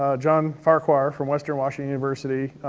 john farquhar from western washington university,